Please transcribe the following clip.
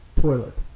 Toilet